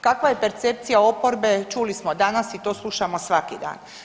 Kakva je percepcija oporbe, čuli smo danas i to slušamo svaki dan.